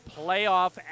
playoff